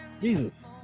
Jesus